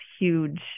huge